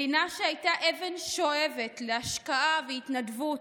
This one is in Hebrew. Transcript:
מדינה שהייתה אבן שואבת להשקעה והתנדבות,